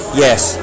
Yes